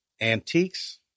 antiques